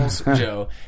Joe